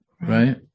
Right